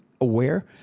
aware